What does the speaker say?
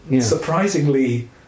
surprisingly